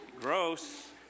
Gross